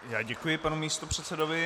Já děkuji panu místopředsedovi.